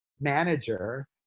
manager